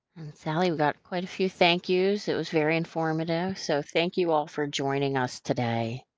sally, we got quite a few thank yous, it was very informative so thank you all for joining us today.